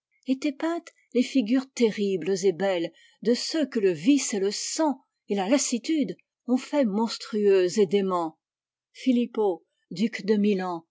incrustés étaient peintes les figures terribles et belles de ceux que le vice et le sang et la lassitude ont fait monstrueux et déments filippo duc de milan